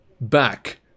Back